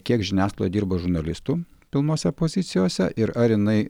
kiek žiniasklaidoj dirba žurnalistų pilnose pozicijose ir ar jinai